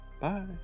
bye